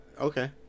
Okay